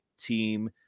team